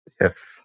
Yes